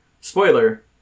Spoiler